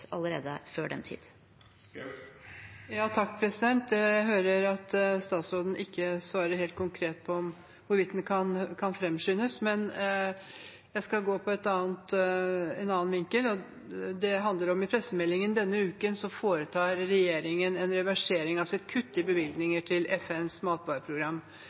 allerede før den tid. Jeg hører at statsråden ikke svarer helt konkret på om hvorvidt den kan framskyndes. Men jeg skal ta en annen vinkling: I en pressemelding denne uken sier regjeringen at den foretar en reversering, altså et kutt i bevilgningene til FNs matvareprogram.